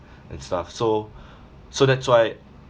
and stuff so so that's why